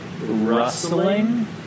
rustling